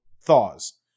thaws